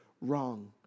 wrong